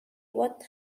what